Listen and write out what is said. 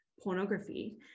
pornography